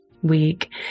Week